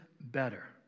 better